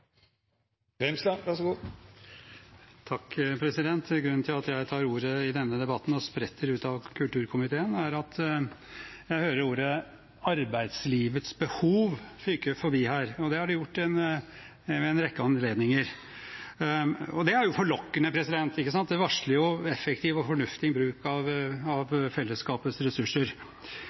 Grunnen til at jeg tar ordet i denne debatten og spretter ut av kulturkomiteen, er at jeg hører begrepet «arbeidslivets behov» fyke forbi her, og det har det gjort ved en rekke anledninger. Det er jo forlokkende, det varsler effektiv og fornuftig bruk av fellesskapets ressurser.